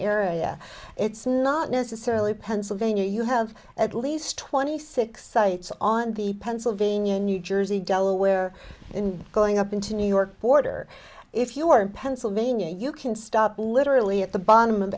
area it's not necessarily pennsylvania you have at least twenty six sites on the pennsylvania new jersey delaware in going up into new york border if you are in pennsylvania you can stop literally at the bottom of